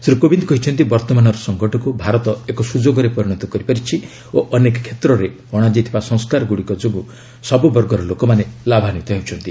ଶ୍ରୀ କୋବିନ୍ଦ କହିଛନ୍ତି ବର୍ତ୍ତମାନର ସଂକଟକୁ ଭାରତ ଏକ ସୁଯୋଗରେ ପରିଣତ କରିପାରିଛି ଓ ଅନେକ କ୍ଷେତ୍ରରେ ଅଣାଯାଇଥିବା ସଂସ୍କାରଗୁଡ଼ିକ ଯୋଗୁଁ ସବୁବର୍ଗର ଲୋକମାନେ ଲାଭାନ୍ୱିତ ହେଉଛନ୍ତି